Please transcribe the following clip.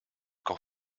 qu’en